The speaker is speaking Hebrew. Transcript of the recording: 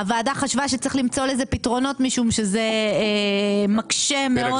והוועדה חשבה שצריך למצוא לזה פתרונות משום שזה מקשה מאוד.